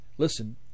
listen